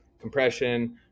compression